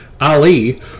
Ali